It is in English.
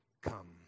come